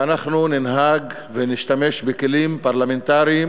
ואנחנו ננהג ונשתמש בכלים פרלמנטריים